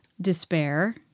despair